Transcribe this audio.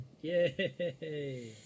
Yay